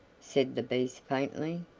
said the beast faintly.